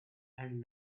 and